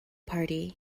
party